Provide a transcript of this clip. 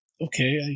okay